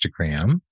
Instagram